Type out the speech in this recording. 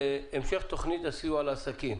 זה המשך תכנית הסיוע לעסקים.